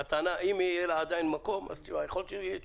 יכול להיות שיהיו תשובות.